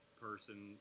person